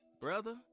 Brother